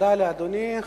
תודה לאדוני.